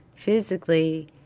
physically